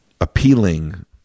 appealing